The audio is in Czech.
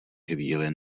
chvíli